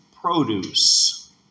produce